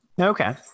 okay